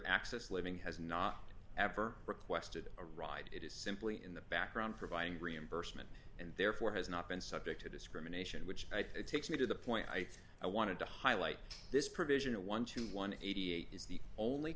access living has not ever requested a ride it is simply in the background providing reimbursement and therefore has not been subject to discrimination which i thought it takes me to the point i thought i wanted to highlight this provision a one to one in eighty eight is the only